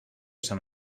sant